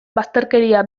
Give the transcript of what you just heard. bazterkeria